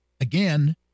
again